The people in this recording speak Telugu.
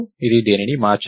ఇది దేనినీ మార్చదు